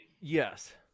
yes